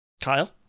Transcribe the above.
kyle